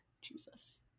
Jesus